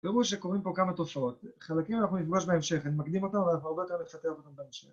תראו שקוראים פה כמה תופעות, חלקים אנחנו נפגוש בהמשך, אני מקדים אותם אבל אנחנו הרבה יותר נתחתן אותם בהמשך